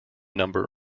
number